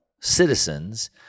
citizens